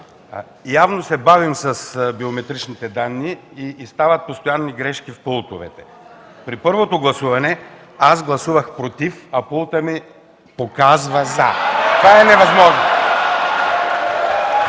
Явно се бавим с биометричните данни и стават постоянни грешки в пултовете. При първото гласуване гласувах „против”, а пултът ми показва „за”. Това е невъзможно.